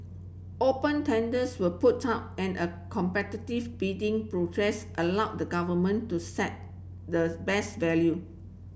open tenders were put out and a competitive bidding process allowed the Government to set the best value